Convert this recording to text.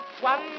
One